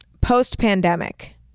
post-pandemic